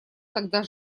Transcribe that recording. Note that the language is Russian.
тогда